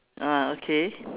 ah okay